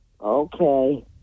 Okay